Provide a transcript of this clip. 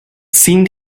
seemed